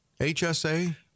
HSA